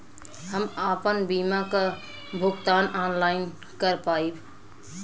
हम आपन बीमा क भुगतान ऑनलाइन कर पाईब?